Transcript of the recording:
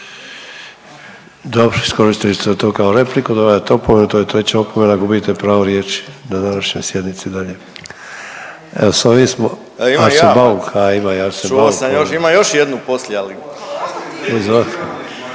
Dobro, iskoristili ste to kao repliku dobivate opomenu, to je treća opomena gubite pravo riječi na današnjoj sjednici dalje. Evo s ovim smo …/Upadica Bauk: A imam ja./… Arsen Bauk, a ima